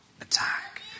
attack